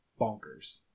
bonkers